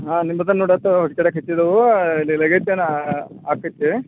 ಹಾಂ ನಿಮ್ಮದ ನೋಡತವು ಹೆಚ್ಚಿದವೂ ಇಲ್ಲಿ ಲಗೆಜ್ ದೆನಾ ಆಕ್ತೈತಿ